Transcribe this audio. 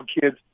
kids